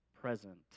present